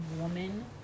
woman